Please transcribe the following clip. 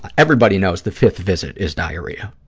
everybody knows the fifth visit is diarrhea.